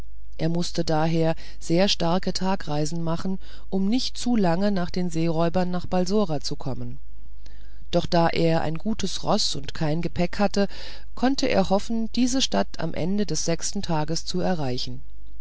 er mußte daher sehr starke tagreisen machen um nicht zu lange nach den seeräubern nach balsora zu kommen doch da er ein gutes roß und kein gepäck hatte konnte er hoffen diese stadt am ende des sechsten tages zu erreichen